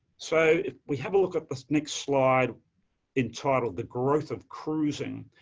so, we have a look at this next slide entitled the growth of cruising.